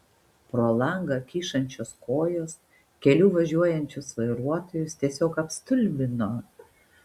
pro langą kyšančios kojos keliu važiuojančius vairuotojus tiesiog apstulbino